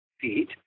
feet